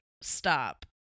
Stop